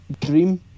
Dream